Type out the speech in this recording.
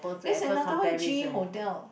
that's another one G hotel